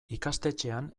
ikastetxean